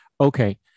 Okay